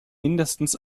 mindestens